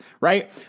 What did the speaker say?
right